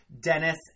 Dennis